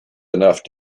enough